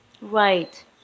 Right